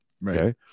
Right